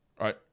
right